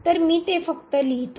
तर मी ते फक्त लिहितो